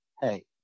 Hey